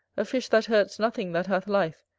a fish that hurts nothing that hath life,